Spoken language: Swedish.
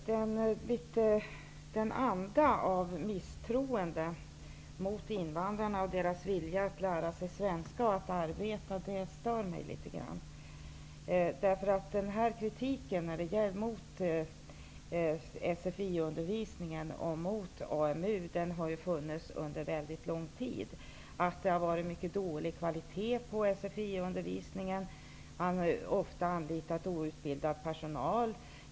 Herr talman! Den anda av misstroende mot invandrarna och deras vilja att lära sig svenska och att arbeta stör mig litet grand. Det har under lång tid funnits kritik mot SFI-undervisningen och AMU för att det har varit mycket dålig kvalitet på SFI-undervisningen och för att outbildad personal ofta har anlitats.